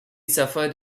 suffered